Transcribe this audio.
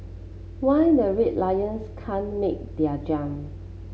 why the Red Lions can't make their jump